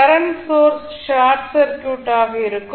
current source short circuit ஆக இருக்கும்